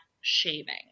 shaving